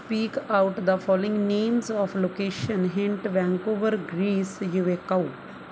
speak out the following names of location hint Vancouver Greece Eureka